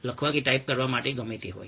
લખવા કે ટાઈપ કરવા માટે ગમે તે હોય